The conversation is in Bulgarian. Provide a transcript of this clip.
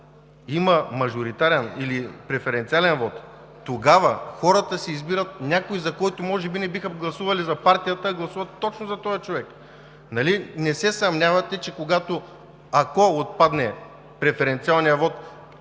има мажоритарен или преференциален вот, тогава хората си избират някой, може би не биха гласували за партията, а гласуват точно за този човек. Нали не се съмнявате, че когато, ако отпадне преференциалният вот,